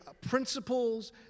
principles